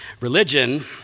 Religion